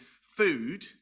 food